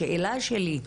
השאלה שלי,